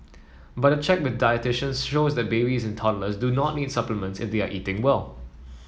but a check with dietitians shows that babies and toddlers do not need supplements if we are eating well